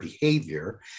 behavior